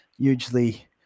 hugely